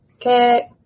okay